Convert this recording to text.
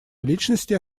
личности